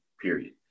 period